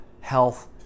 health